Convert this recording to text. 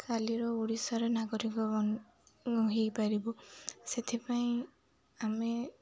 କାଲିର ଓଡ଼ିଶାରେ ନାଗରିକ ହେଇପାରିବୁ ସେଥିପାଇଁ ଆମେ